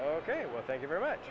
ok well thank you very much